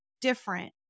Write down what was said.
different